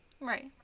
Right